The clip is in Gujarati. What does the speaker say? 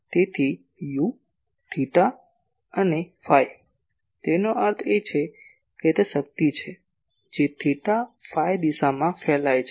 તેથી U થેટા અને ફાઈ તેનો અર્થ એ કે તે શક્તિ છે જે થીટા ફાઈ દિશામાં ફેલાય છે